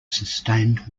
sustained